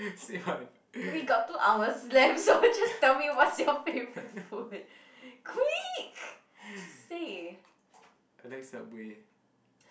we got two hours left so just tell me what's your favourite food quick say